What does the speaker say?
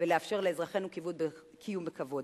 ולאפשר לאזרחינו קיום בכבוד.